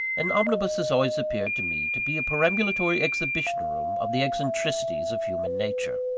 an omnibus has always appeared to me, to be a perambulatory exhibition-room of the eccentricities of human nature.